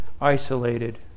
isolated